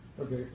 Okay